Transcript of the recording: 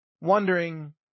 wondering